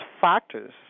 factors